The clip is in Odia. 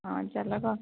ହଁ ଚାଲ